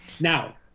Now